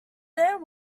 there